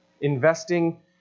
investing